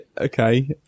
okay